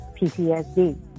PTSD